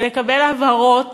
ולקבל הבהרות